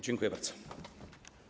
Dziękuję bardzo.